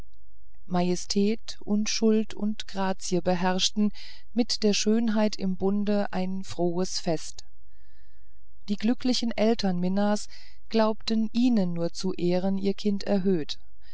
majestät unschuld und grazie beherrschten mit der schönheit im bunde ein frohes fest die glücklichen eltern minas glaubten ihnen nur zu ehren ihr kind erhöht